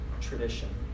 tradition